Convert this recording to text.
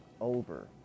over